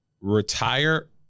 retire